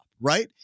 right